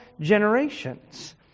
generations